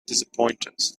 disappointed